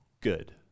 good